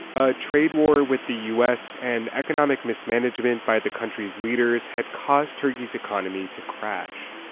a trade war with the us and economic mismanagement by the country's leaders had caused turkey's economy to crash.